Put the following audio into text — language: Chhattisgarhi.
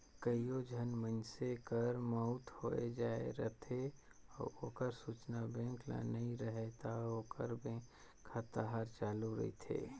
कइयो झन मइनसे कर मउत होए जाए रहथे अउ ओकर सूचना बेंक ल नी रहें ता ओकर बेंक खाता हर चालू रहथे